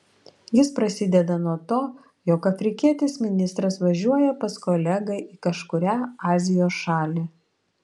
jis prasideda nuo to jog afrikietis ministras važiuoja pas kolegą į kažkurią azijos šalį